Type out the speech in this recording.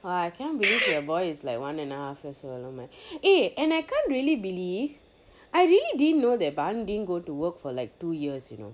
!wah! I can't believe you your boy is like one and a half years old oh my and I can't really believe I really didn't know that baan didn't go to work for like two years you know